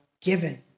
given